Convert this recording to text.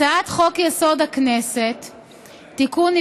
הצעת חוק-יסוד: הכנסת (תיקון,